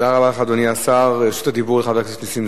כמוצע ישפר